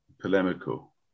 polemical